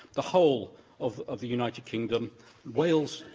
the whole of of the united kingdom wales,